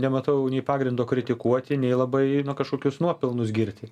nematau nei pagrindo kritikuoti nei labai kažkokius nuopelnus girti